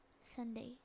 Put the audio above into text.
Sunday